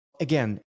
again